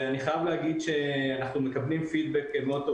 אני חייב להגיד שאנחנו מקבלים פידבק מאוד טוב